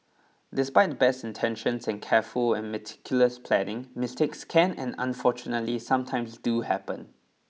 despite the best intentions and careful and meticulous planning mistakes can and unfortunately sometimes do happen